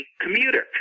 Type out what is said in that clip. commuter